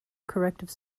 corrective